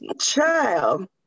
Child